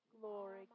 Glory